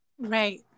right